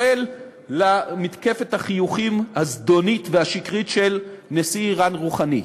למתקפת החיוכים הזדונית והשקרית של נשיא איראן רוחאני.